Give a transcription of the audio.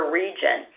region